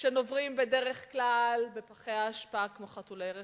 שנוברים בדרך כלל בפחי האשפה כמו חתולי רחוב,